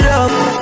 Love